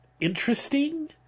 interesting